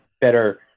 better